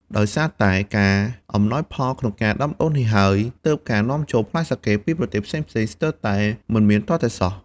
ដោយសារតែការអំណោយផលក្នុងការដាំដុះនេះហើយ ទើបការនាំចូលផ្លែសាកេពីប្រទេសផ្សេងៗស្ទើរតែមិនមានទាល់តែសោះ។